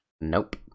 Nope